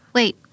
Wait